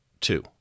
two